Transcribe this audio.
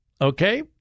Okay